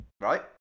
right